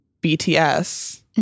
BTS